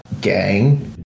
gang